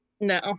No